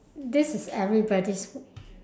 this is everybody's